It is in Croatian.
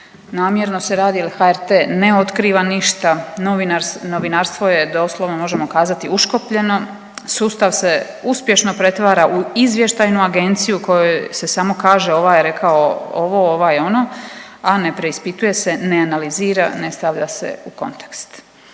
Namjerno se radi jer HRT ne otkriva ništa, novinarstvo je doslovno možemo kazati uškopljeno, sustav se uspješno pretvara u izvještajnu agenciju kojoj se samo kaže ovaj je rekao ovo, ovaj ono, a ne preispituje se, ne analizira, ne stavlja se u kontekst.